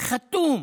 חתום